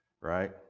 right